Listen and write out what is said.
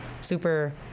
super